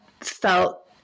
felt